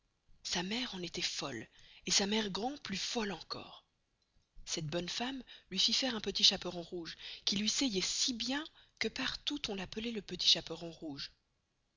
sa mere en estoit folle et sa mere grand plus folle encore cette bonne femme luy fit faire un petit chaperon rouge qui lui seïoit si bien que partout on l'appelloit le petit chaperon rouge